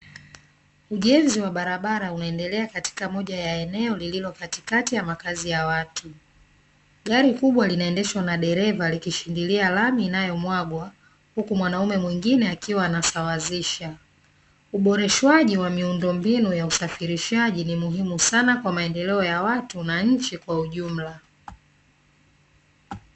Ujenzi wa barabara unaendelea katika moja ya eneo lililo katikati ya makazi ya watu. Gari kubwa linaendeshwa na dereva likishindilia lami inayomwagwa huku mwanaume mwingine akiwa anasawazisha . Uboreshwaji wa miundombinu ya usafirishaji ni muhimu sana kwa maendeleo ya watu na nchi kwa ujumla.